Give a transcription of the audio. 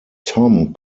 tom